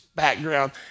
Background